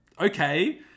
okay